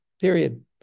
Period